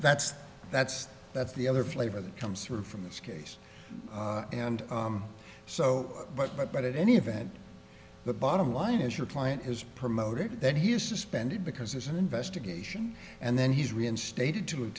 that's that's that's the other flavor that comes through from this case and so but but but at any event the bottom line is your client has promoted that he is suspended because there's an investigation and then he's reinstated to